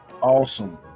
Awesome